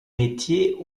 metiers